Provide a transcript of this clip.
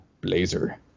blazer